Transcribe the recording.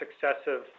successive